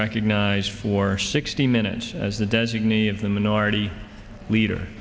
recognized for sixty minutes as the designee of the minority leader